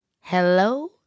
hello